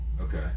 Okay